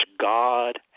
God